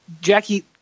Jackie